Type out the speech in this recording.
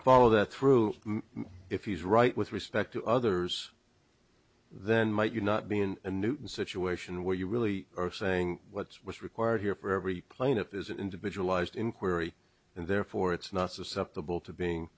follow that through if he's right with respect to others then might you not be in a newton situation where you really are saying what was required here for every plaintiff is an individualized inquiry and therefore it's not susceptible to being